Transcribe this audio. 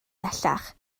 bellach